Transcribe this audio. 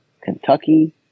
Kentucky